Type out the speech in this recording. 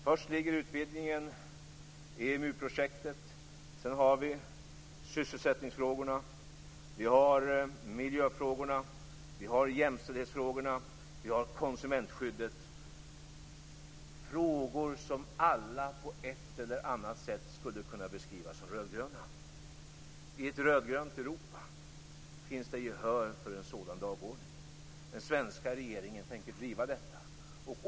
Först ligger utvidgningen och EMU-projektet. Sedan har vi sysselsättningsfrågorna, miljöfrågorna, jämställdhetsfrågorna och konsumentskyddet. Det är frågor som alla på ett eller annat sätt skulle kunna beskrivas som rödgröna. I ett rödgrönt Europa finns det gehör för en sådan dagordning. Den svenska regeringen tänker driva de frågorna.